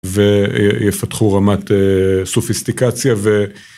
ו.. אה.. יפתחו רמת אה.. סופיסטיקציה ו...